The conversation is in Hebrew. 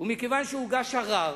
ומכיוון שהוגש ערר